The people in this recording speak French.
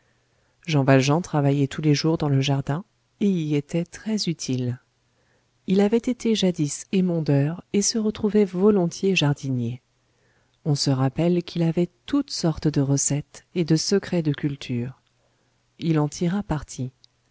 jean valjean travaillait tous les jours dans le jardin et y était très utile il avait été jadis émondeur et se retrouvait volontiers jardinier on se rappelle qu'il avait toutes sortes de recettes et de secrets de culture il en tira parti